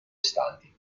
stanti